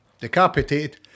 Decapitated